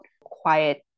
quiet